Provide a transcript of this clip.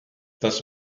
das